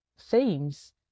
themes